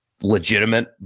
legitimate